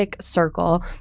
circle